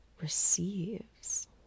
receives